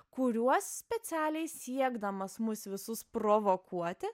kuriuos specialiai siekdamas mus visus provokuoti